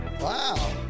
Wow